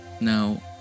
now